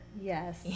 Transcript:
Yes